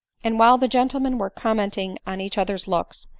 and while the gentlemen were commenting on each other's looks,